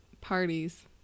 Parties